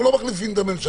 אנחנו לא מחליפים את הממשלה,